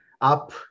up